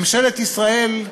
ממשלת ישראל,